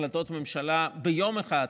החלטות הממשלה ביום אחד